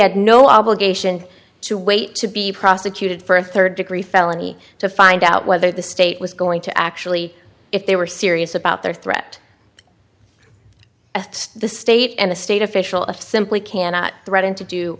had no obligation to wait to be prosecuted for a third degree felony to find out whether the state was going to actually if they were serious about their threat at the state and the state official of simply cannot threaten to do